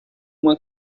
uma